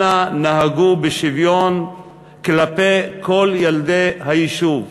אנא נהגו בשוויון כלפי כל ילדי היישוב.